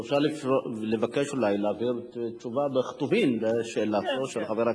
אפשר לבקש אולי להעביר תשובה כתובה לשאלתו של חבר הכנסת